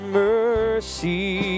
mercy